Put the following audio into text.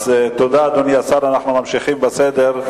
תודה, אדוני השר, אנחנו ממשיכים בסדר.